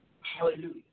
Hallelujah